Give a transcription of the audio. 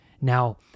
Now